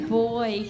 boy